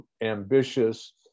ambitious